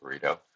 burrito